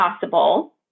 possible